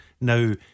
Now